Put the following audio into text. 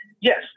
Yes